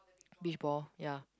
beach ball ya